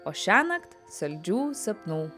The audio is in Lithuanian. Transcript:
o šiąnakt saldžių sapnų